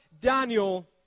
Daniel